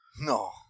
No